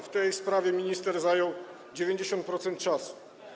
W tej sprawie minister zajął 90% czasu.